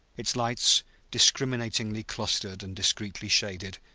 its lights discriminatingly clustered and discreetly shaded,